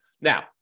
Now